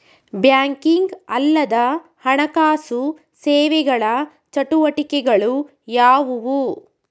Banking ಅಲ್ಲದ ಹಣಕಾಸು ಸೇವೆಗಳ ಚಟುವಟಿಕೆಗಳು ಯಾವುವು?